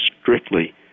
strictly